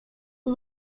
the